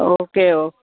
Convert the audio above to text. okay okay